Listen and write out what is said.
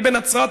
אני בנצרת,